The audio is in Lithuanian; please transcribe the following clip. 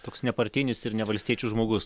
toks nepartinis ir ne valstiečių žmogus